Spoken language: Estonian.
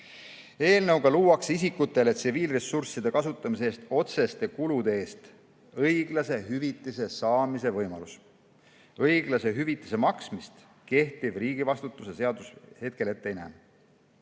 jooksul. Eelnõuga luuakse isikutele tsiviilressursside kasutamise eest otseste kulude eest õiglase hüvitise saamise võimalus. Õiglase hüvitise maksmist kehtiv riigivastutuse seadus hetkel ette ei näe.